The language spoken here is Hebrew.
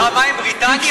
מלחמה עם בריטניה?